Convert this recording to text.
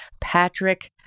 Patrick